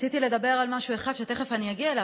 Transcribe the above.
רציתי לדבר על משהו שתכף אני אגיע אליו,